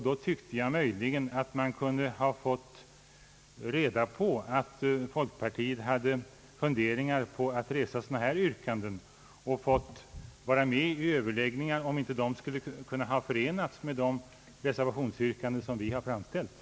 Då tyckte jag möjligen att vi kunde ha fått reda på att folkpartiet hade funderingar på att resa sådana här yrkanden och fått vara med i överläggningar om dessa yrkanden inte skulle ha kunnat förenas med de reservationsyrkanden som vi ville framställa.